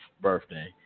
birthday